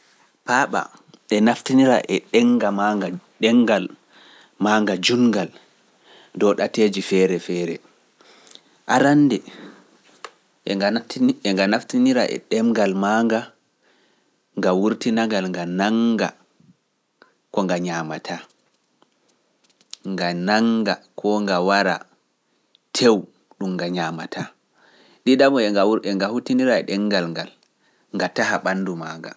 Paaɓa e naftinira e ɗemngal maanga jutngal dow ɗateeji feere feere. Arannde e nga naftinira e ɗemngal maanga, nga wurtina ngal nga nannga ko nga ñaamataa, nga nannga koo nga wara tew ɗum nga ñaamata ɗiɗabun woni e nga huttinira e ɗengal ngal nga taha ɓanndu ma nga.